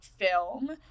film